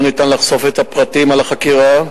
לא ניתן לחשוף את הפרטים על החקירה,